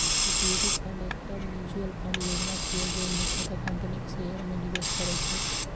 equity fund एकटा mutual fund योजना छियै, जे मुख्यतः कंपनीक शेयर मे निवेश करै छै